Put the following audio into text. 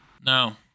No